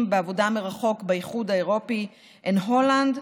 בעבודה מרחוק באיחוד האירופי הן הולנד,